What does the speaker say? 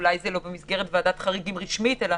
אולי זה לא במסגרת ועדת חריגים רשמית אלא